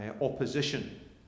opposition